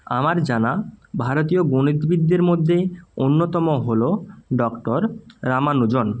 আমার জানা ভারতীয় গণিতবিদদের মধ্যে অন্যতম হলো ডক্টর রামানুজন